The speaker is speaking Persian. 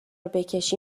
بکشی